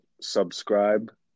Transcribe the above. subscribe